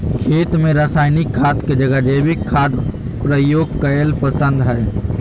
खेत में रासायनिक खाद के जगह जैविक खाद प्रयोग कईल पसंद हई